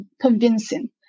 convincing